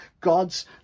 God's